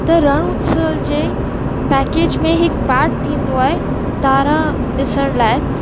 त रण उत्सव जे पैकेज में हिकु पात थींदो आहे तारा ॾिसण लाइ